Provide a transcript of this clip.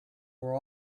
were